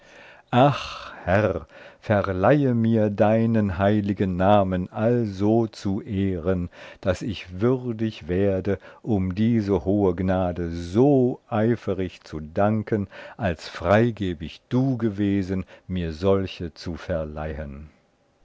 ach herr verleihe mir deinen heiligen namen also zu ehren daß ich würdig werde um diese hohe gnade so eiferig zu danken als freigebig du gewesen mir solche zu verleihen